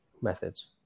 methods